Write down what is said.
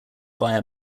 via